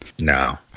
No